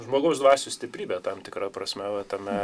žmogaus dvasios stiprybė tam tikra prasme tame